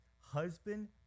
husband